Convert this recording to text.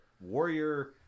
Warrior